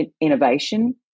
innovation